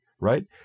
Right